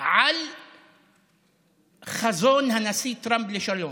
על חזון הנשיא טראמפ לשלום,